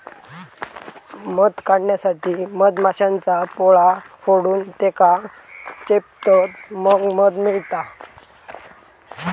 मध काढण्यासाठी मधमाश्यांचा पोळा फोडून त्येका चेपतत मग मध मिळता